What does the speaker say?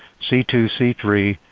c two, c three,